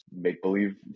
make-believe